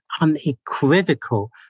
unequivocal